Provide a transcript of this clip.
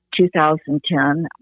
2010